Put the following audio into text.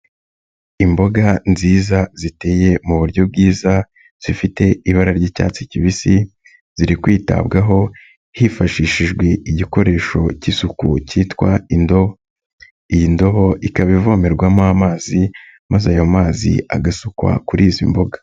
Imboga nziza ziteye mu buryo bwiza zifite ibara ry'icyatsi kibisi, ziri kwitabwaho hifashishijwe igikoresho cy'isuku cyitwa indo, iyi ndobo ikaba ivomerwamo amazi maze ayo mazi agasukwa kuri izi mboga.